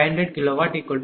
5 MW0